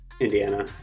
Indiana